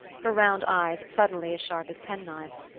her round eyes suddenly as sharp as pen-knives.